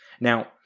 Now